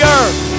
earth